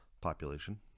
population